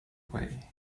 away